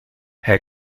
hij